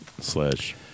slash